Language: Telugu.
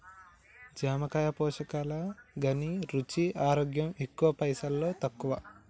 జామకాయ పోషకాల ఘనీ, రుచి, ఆరోగ్యం ఎక్కువ పైసల్ తక్కువ